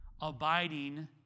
abiding